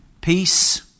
peace